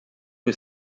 que